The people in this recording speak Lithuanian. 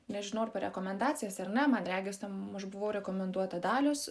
nežinau ar per rekomendacijas ar ne man regis tam aš buvo rekomenduota dalios